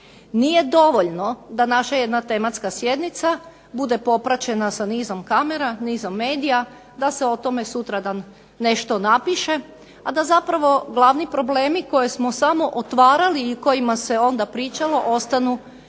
nije dovoljno da naša jedna tematska sjednica bude popraćena sa nizom kamera, nizom medija, da se o tome sutra nešto napiše, a da zapravo glavni problemi koje smo samo otvarali i o kojima se onda pričalo ostanu bez